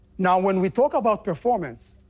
now, when we talk about performance,